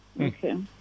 Okay